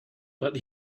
but